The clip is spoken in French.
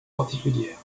particulière